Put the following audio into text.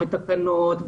בתקנות,